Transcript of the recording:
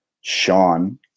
Sean